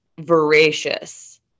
voracious